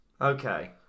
Okay